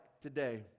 today